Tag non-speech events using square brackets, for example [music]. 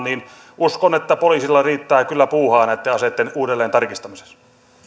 [unintelligible] niin uskon että poliisilla riittää kyllä puuhaa näitten aseitten uudelleen tarkistamisessa